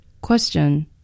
Question